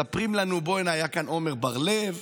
מספרים לנו: בוא'נה, היה כאן עמר בר לב